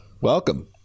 Welcome